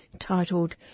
titled